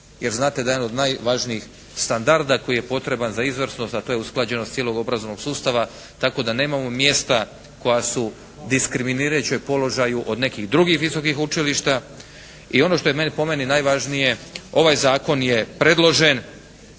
jer znate da jedan od najvažnijih standarda koji je potreban za izvrsnost, a to je usklađenost cijelog obrazovnog sustava tako da nemamo mjesta koja su u diskriminirajućem položaju od nekih drugih visokih učilišta. I ono što je po meni najvažnije, ovaj Zakon je predložen